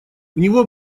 него